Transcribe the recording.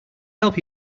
help